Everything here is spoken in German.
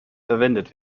verwendet